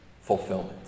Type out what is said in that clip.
Fulfillment